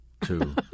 Two